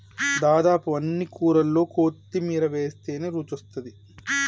దాదాపు అన్ని కూరల్లో కొత్తిమీర వేస్టనే రుచొస్తాది